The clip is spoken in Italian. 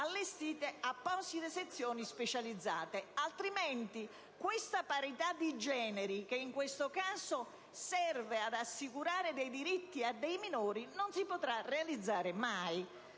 allestite apposite sezioni specializzate, altrimenti questa parità di generi, che in questo caso serve ad assicurare dei diritti ad alcuni minori, non si potrà realizzare mai.